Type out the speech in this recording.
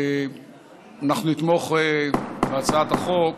אנחנו נתמוך בהצעת החוק.